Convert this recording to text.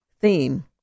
theme